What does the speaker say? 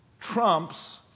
trumps